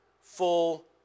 full